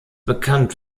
bekannt